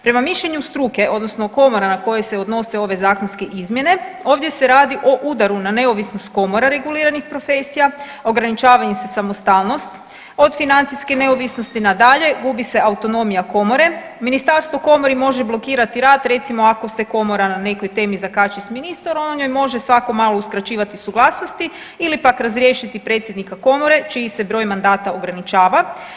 Prema mišljenju struke odnosno komorama na koje se odnose ove zakonske izmjene ovdje se radi o udaru na neovisnost komora reguliranih profesija, ograničava im se samostalnost, od financijske neovisnosti na dalje gubi se autonomija komore, ministarstvo komori može blokirati rad recimo ako se komora na nekoj temi zakači s ministrom on joj može svako malo uskraćivati suglasnosti ili pak razriješiti predsjednika komore čiji se broj mandata ograničava.